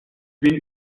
bin